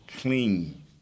clean